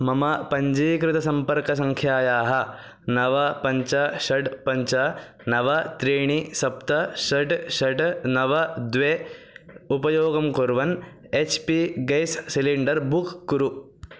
मम पञ्जीकृतसम्पर्कसङ्ख्यायाः नव पञ्च षड् पञ्च नव त्रीणि सप्त षड् षड् नव द्वे उपयोगं कुर्वन् H P gas cylinder book कुरु